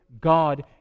God